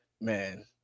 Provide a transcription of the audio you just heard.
Man